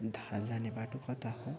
धारा जाने बाटो कता हो